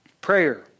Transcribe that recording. Prayer